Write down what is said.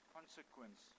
Consequence